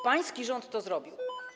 Pański rząd to zrobił.